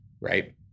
right